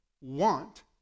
want